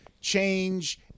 change